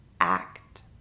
act